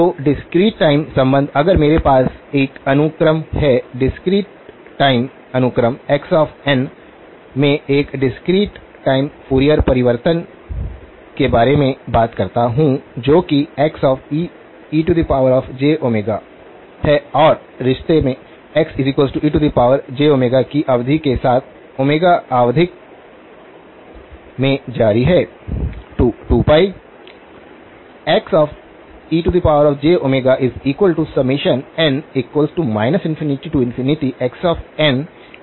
तो discrete time संबंध अगर मेरे पास एक अनुक्रम है डिस्क्रीट टाइम अनुक्रम x n मैं एक डिस्क्रीट टाइम फूरियर परिवर्तन के बारे में बात करता हूं जो कि Xejω है और रिश्ते Xejω की अवधि के साथ ओमेगा आवधिक में जारी है